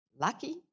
Lucky